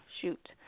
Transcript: Shoot